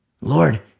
Lord